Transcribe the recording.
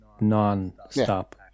non-stop